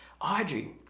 Audrey